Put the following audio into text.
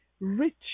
Rich